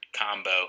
combo